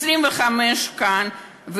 25 כאן,